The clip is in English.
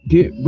Get